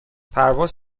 پرواز